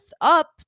up